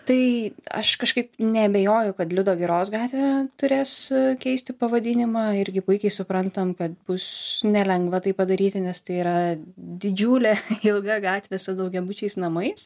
tai aš kažkaip neabejoju kad liudo giros gatvė turės keisti pavadinimą irgi puikiai suprantam kad bus nelengva tai padaryti nes tai yra didžiulė ilga gatvė su daugiabučiais namais